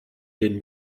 den